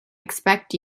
expect